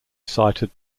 cited